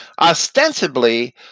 ostensibly